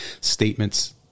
statements